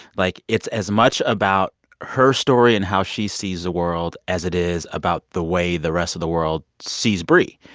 like, it's as much about her story and how she sees the world as it is about the way the rest of the world sees bri,